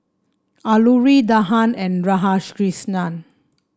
Alluri Dhyan and Radhakrishnan